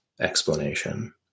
explanation